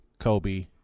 Kobe